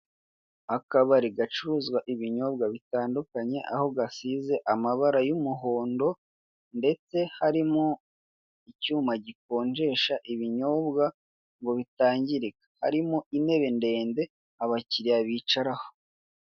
Akabari gacuruza ibinyobwa bitandukanye aho gasize amabara y'umuhondo ndetse harimo icyuma gikonjesha ibinyobwa ngo bitangirika harimo intebe ndende abakiriya bicaraho.